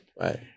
right